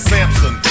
Samson